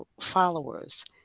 followers